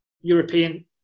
European